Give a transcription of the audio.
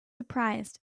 surprised